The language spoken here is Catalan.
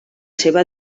seva